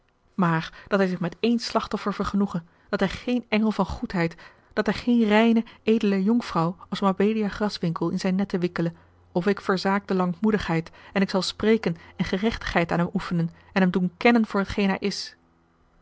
maar dat hij zich met één slachtoffer vergenoege dat hij geen engel van goedheid dat hij geene reine edele jonkvrouw als mabelia graswinckel in zijne netten wikkele of ik verzaak de lankmoedigheid en ik zal spreken en gerechtigheid aan hem oefenen en hem doen kennen voor hetgeen hij is